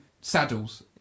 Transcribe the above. saddles